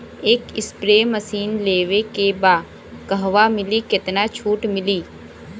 एक spray machine लेवे के बा कहवा मिली केतना छूट मिली?